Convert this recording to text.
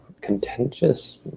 contentious